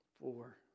Four